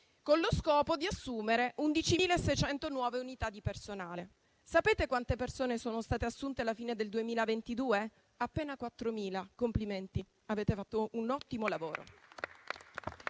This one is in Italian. con lo scopo di assumere 11.600 nuove unità di personale. Sapete quante persone sono state assunte alla fine del 2022? Appena 4.000: complimenti, avete fatto un ottimo lavoro.